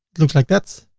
it looks like that.